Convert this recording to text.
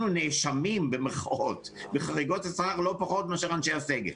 אנחנו "נאשמים" בחריגות שכר לא פחות מאשר אנשי הסגל,